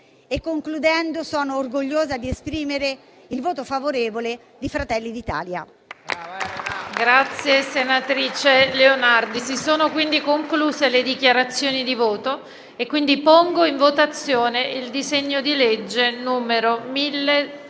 Concludendo, sono orgogliosa di esprimere il voto favorevole di Fratelli d'Italia.